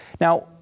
Now